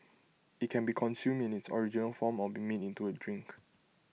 IT can be consume in its original form or be made into A drink